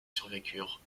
survécurent